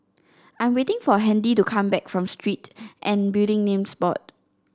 I am waiting for Handy to come back from Street and Building Names Board